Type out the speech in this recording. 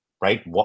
right